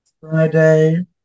Friday